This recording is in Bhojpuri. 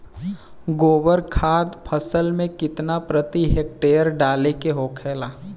गोबर खाद फसल में कितना प्रति हेक्टेयर डाले के होखेला?